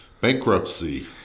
Bankruptcy